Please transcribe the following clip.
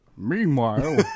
Meanwhile